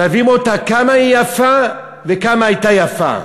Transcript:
שווים אותה כמה היא יפה וכמה הייתה יפה,